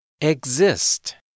Exist